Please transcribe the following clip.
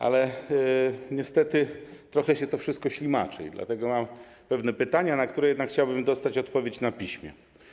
Ale niestety trochę się to wszystko ślimaczy, dlatego mam pewne pytania, na które jednak chciałbym dostać odpowiedzi na piśmie.